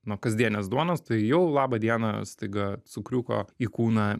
nuo kasdienės duonos tai jau labą dieną staiga cukriuko į kūną